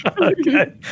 Okay